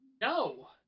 No